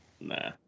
Nah